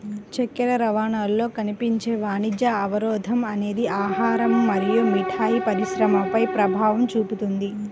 చక్కెర రవాణాలో కనిపించే వాణిజ్య అవరోధం అనేది ఆహారం మరియు మిఠాయి పరిశ్రమపై ప్రభావం చూపుతుంది